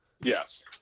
Yes